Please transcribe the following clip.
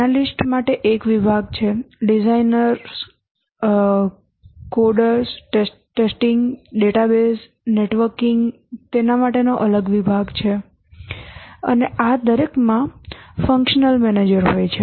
analyst માટે એક વિભાગ છે ડિઝાઇનરો કોડિંગ ટેસ્ટર્સ ડેટાબેસ નેટવર્કિંગ માટેનો વિભાગ છે અને આ દરેકમાં ફંક્શનલ મેનેજર હોય છે